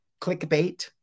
clickbait